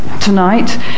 tonight